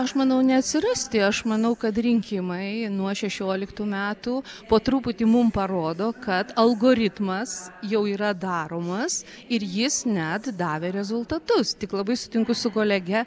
aš manau neatsirasti tai aš manau kad rinkimai nuo šešioliktų metų po truputį mum parodo kad algoritmas jau yra daromas ir jis net davė rezultatus tik labai sutinku su kolege